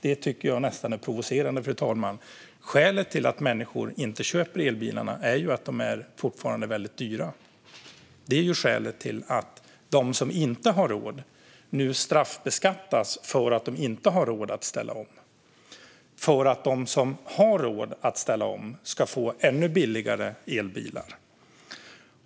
Det tycker jag nästan är provocerande, fru talman. Skälet till att människor inte köper elbilarna är ju att dessa fortfarande är väldigt dyra. Det är skälet till att de som inte har råd nu straffbeskattas för att de inte har råd att ställa om och för att de som har råd att ställa om ska få ännu billigare elbilar.